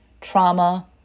trauma